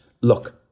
look